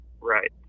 Right